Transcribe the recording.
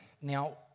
Now